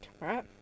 right